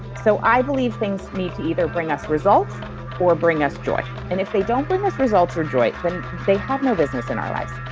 so i believe things need to either bring us results or bring us joy. and if they don't bring us results or joy, they have no business in our lives.